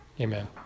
Amen